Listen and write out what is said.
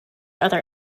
other